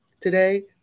today